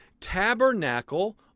tabernacle